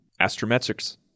astrometrics